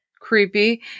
Creepy